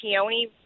peony